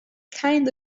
kind